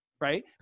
right